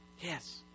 Yes